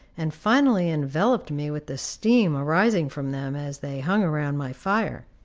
and finally enveloped me with the steam arising from them as they hung around my fire.